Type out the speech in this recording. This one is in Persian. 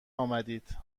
آمدید